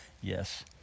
yes